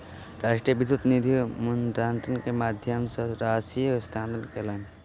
राष्ट्रीय विद्युत निधि मुद्रान्तरण के माध्यम सॅ ओ राशि हस्तांतरण कयलैन